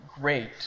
great